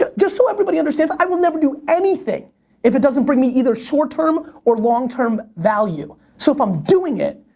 ah just so everybody understands, i will never do anything if it doesn't bring me either short-term or long-term value, so if i'm doing it,